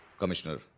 commissioner!